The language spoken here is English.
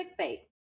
clickbait